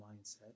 mindset